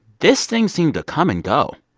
this thing seemed to come and go.